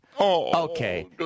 Okay